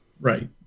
right